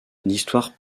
l’histoire